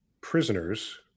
prisoners